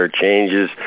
changes